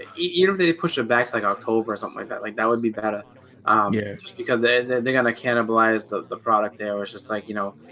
you know they push the backs like october or something like that like that would be better yeah just, because they're they're gonna cannibalize the product there was just like you know